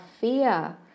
fear